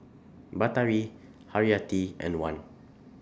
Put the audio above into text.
Batari Haryati and Wan